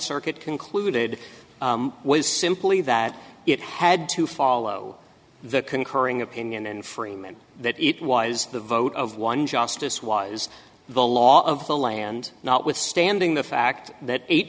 circuit concluded was simply that it had to follow the concurring opinion and frame and that it was the vote of one justice was the law of the land notwithstanding the fact that eight